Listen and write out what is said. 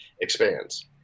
expands